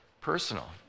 personal